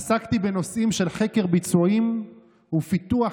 עסקתי בנושאים של חקר ביצועים ופיתוח